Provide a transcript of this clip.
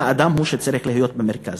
האדם הוא שצריך להיות במרכז.